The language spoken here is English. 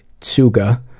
tsuga